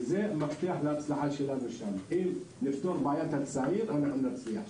אם נפתור את בעיית הצעירים, אנחנו נצליח שם.